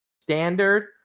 standard